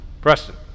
Preston